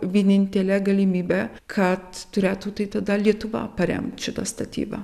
vienintelė galimybė kad turėtų tai tada lietuva paremt šitą statybą